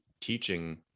teaching